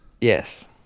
Yes